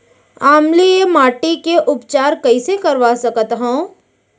अम्लीय माटी के उपचार कइसे करवा सकत हव?